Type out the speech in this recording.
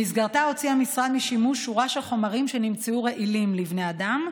במסגרתה הוציא המשרד משימוש שורה של חומרים שנמצאו רעילים לבני אדם,